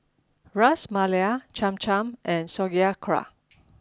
Ras Malai Cham Cham and Sauerkraut